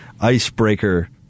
icebreaker